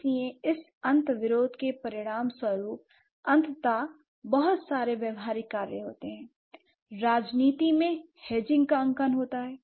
इसलिए इस अंतरविरोध के परिणामस्वरूप अंततः बहुत सारे व्यावहारिक कार्य होते हैं राजनीति में हेजिंग का अंकन होता है